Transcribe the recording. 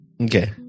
Okay